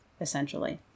essentially